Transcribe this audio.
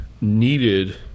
needed